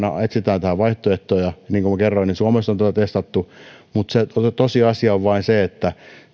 etsitään tähän vaihtoehtoja ja niin kuin minä kerroin suomessa on tätä testattu se tosiasia on vain se että